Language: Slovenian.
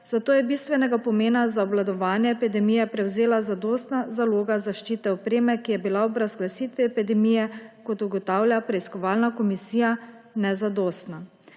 zato je bila bistvenega pomena za obvladovanje epidemije zadostna zaloga zaščite opreme, ki je bila ob razglasitvi epidemije, kot ugotavlja preiskovalna komisija, nezadostna.